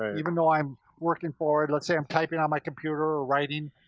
even though i'm working forward, let's say i'm typing on my computer, or writing,